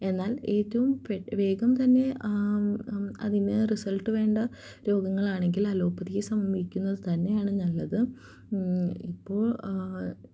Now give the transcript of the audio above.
എന്നാൽ ഏറ്റവും വേഗം തന്നെ അതിന് റിസൾട്ട് വേണ്ട രോഗങ്ങളാണെങ്കിൽ അലോപ്പതിയെ സമീപിക്കുന്നത് തന്നെയാണ് നല്ലത് ഇപ്പോൾ